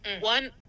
One